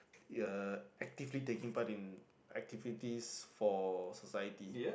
ya actively taking part in activities for society